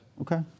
okay